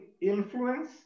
influence